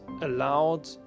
allowed